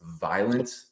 violent